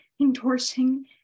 endorsing